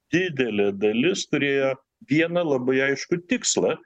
didelė dalis turėjo vieną labai aiškų tikslą